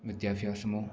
വിദ്യാഭ്യാസമോ